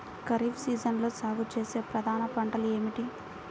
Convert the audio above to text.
ఖరీఫ్ సీజన్లో సాగుచేసే ప్రధాన పంటలు ఏమిటీ?